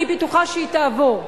אני בטוחה שהיא תעבור,